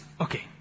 okay